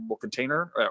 container